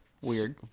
Weird